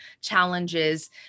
challenges